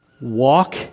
Walk